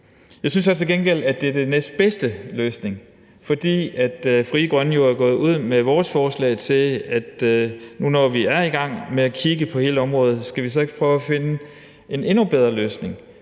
gengæld, at det er den næstbedste løsning, for Frie Grønne er jo gået ud med vores eget forslag. Når vi nu er i gang med at kigge på hele området, skal vi så ikke prøve at finde en endnu bedre løsning